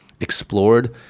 explored